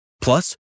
Plus